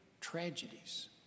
tragedies